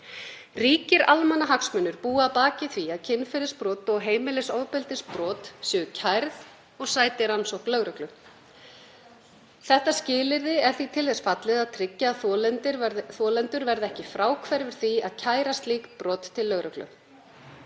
Ríkir almannahagsmunir búa að baki því að kynferðisbrot og heimilisofbeldisbrot séu kærð og sæti rannsókn lögreglu. Þetta skilyrði er því til þess fallið að tryggja að þolendur verði ekki fráhverfur því að kæra slík brot til lögreglu.